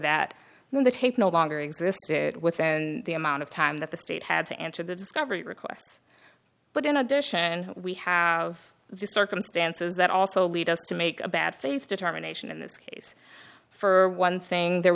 that on the tape no longer existed within the amount of time that the state had to answer the discovery requests but in addition we have the circumstances that also lead us to make a bad faith determination in this case for one thing there